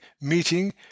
meeting